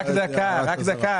רק דקה, רק דקה.